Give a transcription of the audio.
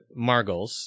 Margles